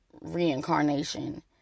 reincarnation